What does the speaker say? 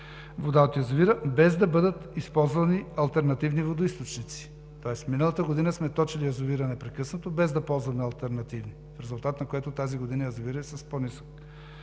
вода от язовира, без да бъдат използвани алтернативни водоизточници. Тоест миналата година сме точили язовира непрекъснато, без да ползваме алтернативи, в резултат на което тази година язовирът е с по-ниско